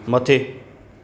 मथे